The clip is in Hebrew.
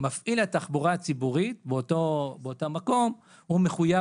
ומפעיל התחבורה הציבורית באותו מקום מחויב